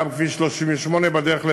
וגם בכביש 38, בדרך לבית-שמש,